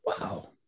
Wow